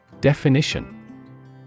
Definition